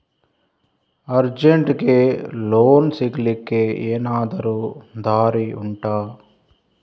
ಅರ್ಜೆಂಟ್ಗೆ ಲೋನ್ ಸಿಗ್ಲಿಕ್ಕೆ ಎನಾದರೂ ದಾರಿ ಉಂಟಾ